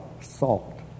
salt